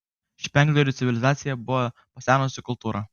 špengleriui civilizacija buvo pasenusi kultūra